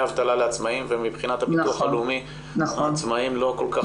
אבטלה לעצמאים ומבחינת ביטוח לאומי העצמאים לא כל כך קיימים.